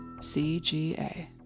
C-G-A